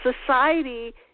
Society